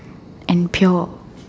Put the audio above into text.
and pure